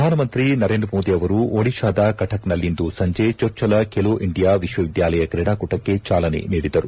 ಪ್ರಧಾನಮಂತ್ರಿ ನರೇಂದ್ರ ಮೋದಿ ಅವರು ಒಡಿಶಾದ ಕಠಕ್ನಲ್ಲಿಂದು ಸಂಜೆ ಚೊಚ್ಚಲ ಪೇಲೊ ಇಂಡಿಯಾ ವಿಶ್ವವಿದ್ಯಾಲಯ ಕ್ರೀಡಾಕೂಟಕ್ಕೆ ಚಾಲನೆ ನೀಡಿದರು